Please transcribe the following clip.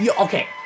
Okay